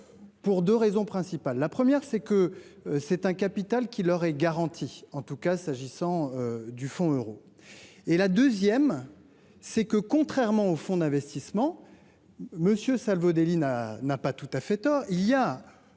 Pour 2 raisons principales, la première c'est que c'est un capital qui leur est garantie en tout cas s'agissant du fond euros et la 2ème c'est que contrairement aux fonds d'investissement. Monsieur Salvodelli n'a, n'a pas tout à fait tort, il y a.